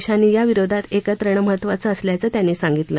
देशांनी याविरोधात एकत्र येणं महत्त्वाचं असल्याचं त्यांनी सांगितलं